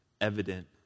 evident